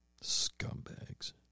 scumbags